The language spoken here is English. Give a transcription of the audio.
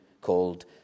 called